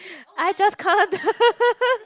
I just can't